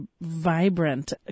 vibrant